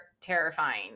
terrifying